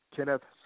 Kenneth